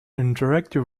interactive